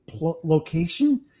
location